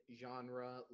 genre